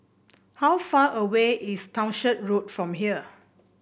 how far away is Townshend Road from here